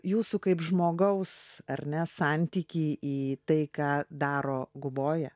jūsų kaip žmogaus ar ne santykį į tai ką daro guboja